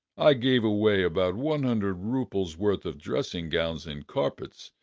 i gave away about one hundred roubles' worth of dressing-gowns and carpets,